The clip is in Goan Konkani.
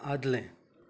आदलें